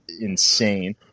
insane